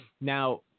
now